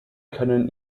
können